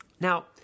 Now